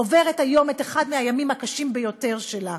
עוברת היום את אחד מהימים הקשים ביותר שלה: